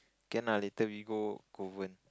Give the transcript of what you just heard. can lah later we go Kovan